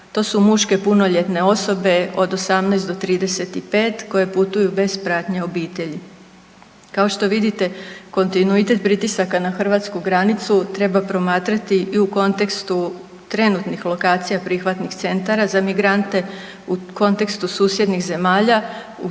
to su muške punoljetne osobe od 18 do 35 koje putuju bez pratnje obitelji. Kao što vidite kontinuitet pritisaka na hrvatsku granicu treba promatrati i u kontekstu trenutnih lokacija prihvatnih centara za migrante u kontekstu susjednih zemalja u